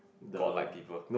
god like people